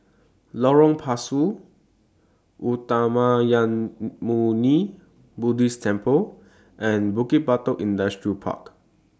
Lorong Pasu Uttamayanmuni Buddhist Temple and Bukit Batok Industrial Park